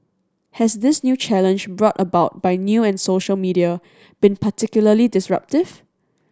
has this new challenge brought about by new and social media been particularly disruptive